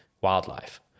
wildlife